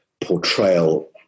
portrayal